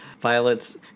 Violet's